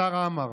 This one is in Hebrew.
השר עמאר: